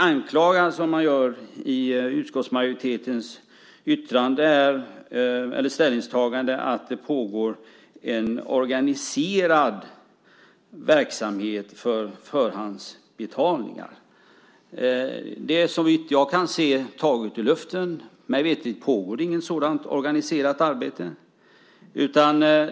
Anklagelsen som görs i utskottsmajoritetens ställningstagande om att det pågår en organiserad verksamhet för förhandsbetalningar är såvitt jag kan se taget ur luften. Mig veterligt pågår det inget sådant organiserat arbete.